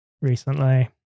recently